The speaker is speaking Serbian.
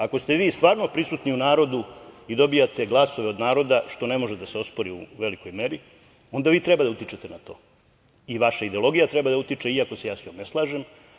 Ako ste vi stvarno prisutni u narodu i dobijate glasova od naroda, što ne može da se ospori u velikoj meri, onda vi treba da utičete na to, i vaša ideologija, iako se ja sa njom ne slažem.